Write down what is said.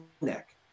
neck